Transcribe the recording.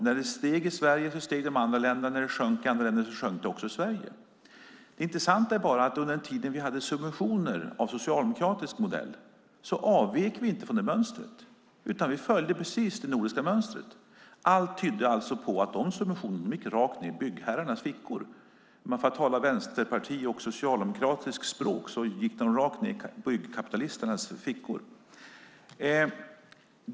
När det steg i Sverige steg det i de andra länderna, när det sjönk i de andra länderna sjönk det också i Sverige. Det intressanta är bara att under den tid vi hade subventioner av socialdemokratisk modell avvek vi inte från det mönstret, utan vi följde precis det nordiska mönstret. Allt tydde på att de subventionerna gick rakt ned i byggherrarnas fickor. För att tala vänsterpartistiskt och socialdemokartiskt språk gick de rakt ned i byggkapitalisternas fickor.